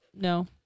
no